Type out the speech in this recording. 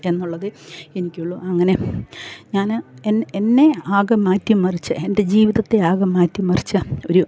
എന്നുള്ളതെ എനിക്കൊള്ളു അങ്ങനെ ഞാന് എന്നെ ആകെ മാറ്റി മറിച്ച എൻ്റെ ജീവിതത്തെ ആകെ മാറ്റി മറിച്ച ഒരു